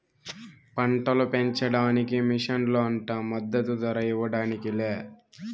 పంటలు పెంచడానికి మిషన్లు అంట మద్దదు ధర ఇవ్వడానికి లే